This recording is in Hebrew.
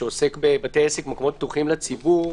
שעוסק בבתי עסק ומקומות פתוחים לציבור,